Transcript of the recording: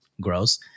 Gross